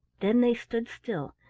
then they stood still,